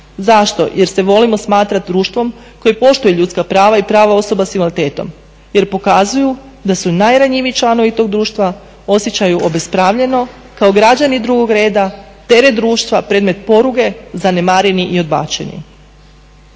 Zašto? Jer se volimo smatrati društvom koji poštuje ljudska prava i prava osoba s invaliditetom jer pokazuju da se najranjiviji članovi tog društva osjećaju obespravljeno, kao građani drugog reda, teret društva, predmet poruge, zanemareni i odbačeni.